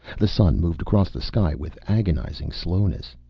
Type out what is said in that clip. the sun moved across the sky with agonizing slowness.